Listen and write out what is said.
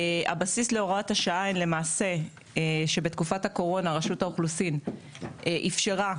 הבסיס להוראת השעה הוא כאשר בתקופת הקורונה רשות האוכלוסין אפשרה